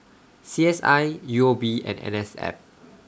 C S I U O B and N S F